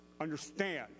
understand